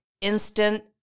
instant